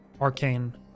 arcane